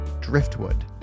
driftwood